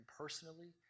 personally